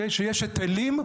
כשיש היטלים,